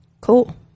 Cool